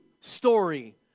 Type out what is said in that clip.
story